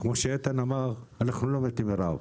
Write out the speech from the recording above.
כמו שאיתן אמר אנחנו לא מתים מרעב,